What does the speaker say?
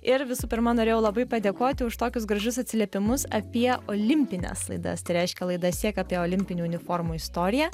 ir visų pirma norėjau labai padėkoti už tokius gražius atsiliepimus apie olimpines laidas tai reiškia laidas tiek apie olimpinių uniformų istoriją